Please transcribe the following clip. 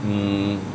hmm